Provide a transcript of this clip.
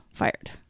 Fired